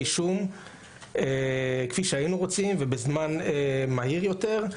אישום כפי שהיינו רוצים ובזמן מהיר יותר.